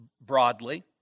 broadly